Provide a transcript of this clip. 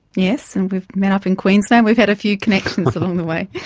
yes, and we've met up in queensland. we've had a few connections along the way.